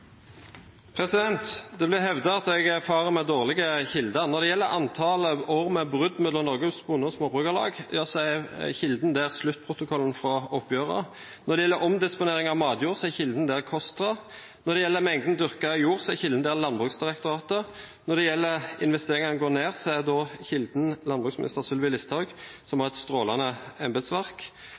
Det blir hevdet at jeg farer med dårlige kilder. Når det gjelder antall år med brudd med Norsk Bonde- og Småbrukarlag, er kilden sluttprotokollen fra oppgjøret. Når det gjelder omdisponering av matjord, er kilden KOSTRA. Når det gjelder mengden dyrket jord, er kilden Landbruksdirektoratet. Når det gjelder det at investeringene går ned, er kilden landbruksminister Sylvi Listhaug, som har et strålende embetsverk.